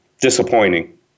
disappointing